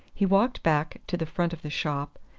he walked back to the front of the shop,